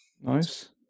Nice